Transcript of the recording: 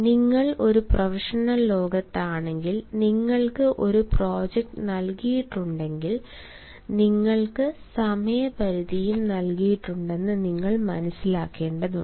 നിങ്ങൾ ഒരു പ്രൊഫഷണൽ ലോകത്താണെങ്കിൽ നിങ്ങൾക്ക് ഒരു പ്രോജക്റ്റ് നൽകിയിട്ടുണ്ടെങ്കിൽ നിങ്ങൾക്ക് സമയ പരിധിയും നൽകിയിട്ടുണ്ടെന്ന് നിങ്ങൾ മനസ്സിലാക്കേണ്ടതുണ്ട്